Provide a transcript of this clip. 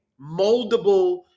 moldable